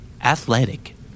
Athletic